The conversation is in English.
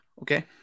Okay